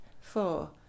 four